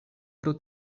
pro